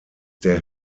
der